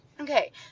okay